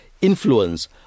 influence